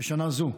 בשנה זו,